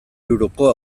euroko